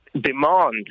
demand